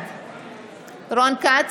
בעד רון כץ,